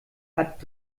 hat